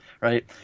right